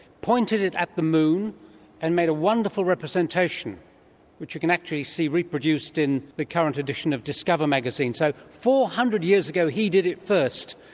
pointed it at the moon and made a wonderful representation which you can actually see reproduced in the current edition of discover magazine. so four hundred years ago he did it first,